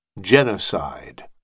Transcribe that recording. Genocide